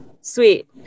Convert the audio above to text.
Sweet